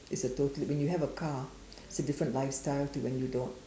it's totally when you have a car it's a different lifestyle to when you don't